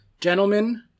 gentlemen